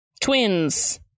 Twins